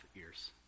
ears